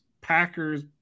Packers